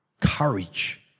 Courage